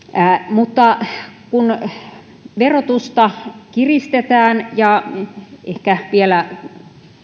mutta kun verotusta kiristetään ja ehkä vielä